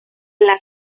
las